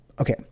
okay